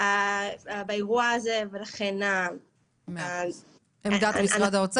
באירוע הזה ולכן --- עמדת משרד האוצר,